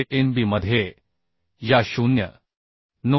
Anb मध्ये या 0